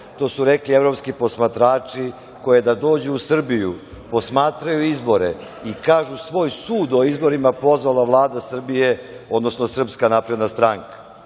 to su rekli i evropski posmatrači koje je da dođu u Srbiju, posmatraju izbore i kažu svoj sud o izborima pozvala Vlada Srbije, odnosno SNS. To piše